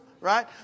right